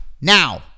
now